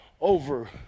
over